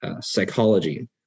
psychology